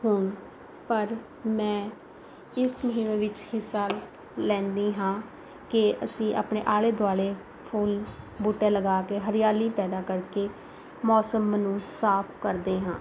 ਹੁਣ ਪਰ ਮੈਂ ਇਸ ਮੁਹਿੰਮ ਵਿੱਚ ਹਿੱਸਾ ਲੈਂਦੀ ਹਾਂ ਕਿ ਅਸੀਂ ਆਪਣੇ ਆਲੇ ਦੁਆਲੇ ਫੁੱਲ ਬੂਟੇ ਲਗਾ ਕੇ ਹਰਿਆਲੀ ਪੈਦਾ ਕਰਕੇ ਮੌਸਮ ਨੂੰ ਸਾਫ਼ ਕਰਦੇ ਹਾਂ